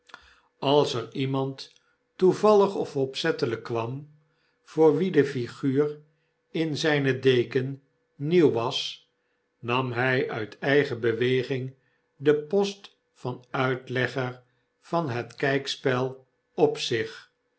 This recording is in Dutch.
als er iemand toevallig of opzettelp kwam voor wien de figuur in zjpe deken nieuw was nam hij uit eigen beweging den post van uitlegger van het kpspel op zich